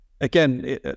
again